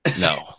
No